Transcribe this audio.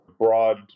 broad